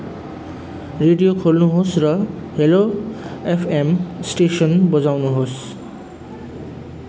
radio खोल्नुहोस् र hello FM station बजाउनुहोस्